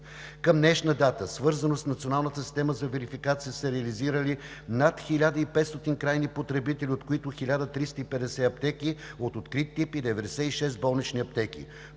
Към днешна дата, свързано с Националната система за верификация, са реализирани над 1500 крайни потребители, от които 1350 аптеки от открит тип и 96 болнични аптеки.